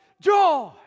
joy